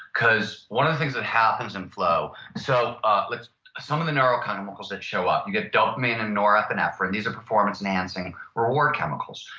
because one of the things that happens in flow, so ah like some of the neurochemicals that show up, you get dopamine, norepinephrine. these are performance enhancing reward chemicals.